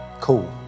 cool